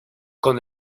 con